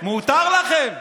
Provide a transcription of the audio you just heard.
מותר לכם.